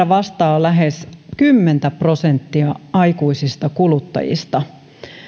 vastaa lähes kymmentä prosenttia aikuisista kuluttajista